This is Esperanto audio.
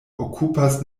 okupas